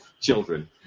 children